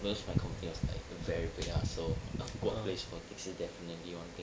because my company was like very big lah so workplace politics is definitely one thing